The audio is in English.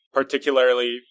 particularly